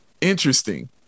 interesting